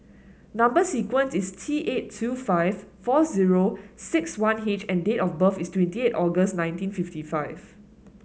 number sequence is T eight two five four zero six one H and date of birth is twenty eight August nineteen fifty five